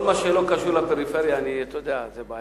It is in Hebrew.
כל מה שלא קשור לפריפריה, זאת בעיה.